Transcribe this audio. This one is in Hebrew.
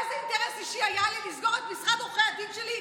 איזה אינטרס אישי היה לי לסגור את משרד עורכי הדין שלי,